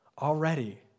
already